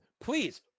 please